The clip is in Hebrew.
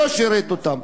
לא שירת אותם.